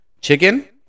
chicken